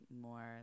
more